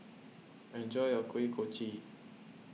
enjoy your Kuih Kochi